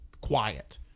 quiet